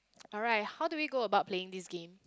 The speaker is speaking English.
alright how do we go about playing this game